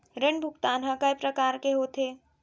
ऋण भुगतान ह कय प्रकार के होथे?